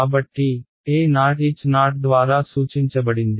కాబట్టి EoHo ద్వారా సూచించబడింది